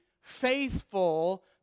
faithful